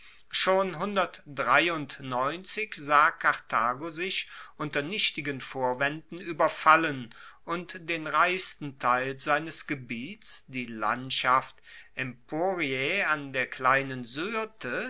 schon sah karthago sich unter nichtigen vorwaenden ueberfallen und den reichsten teil seines gebiets die landschaft emporiae an der kleinen syrte